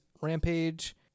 Rampage